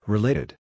Related